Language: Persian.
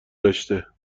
داشته